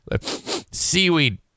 Seaweed